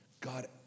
god